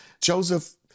Joseph